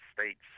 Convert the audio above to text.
States